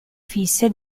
fisse